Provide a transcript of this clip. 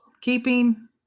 Keeping